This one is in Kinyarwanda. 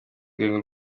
rwego